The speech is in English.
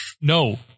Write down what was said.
No